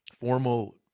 formal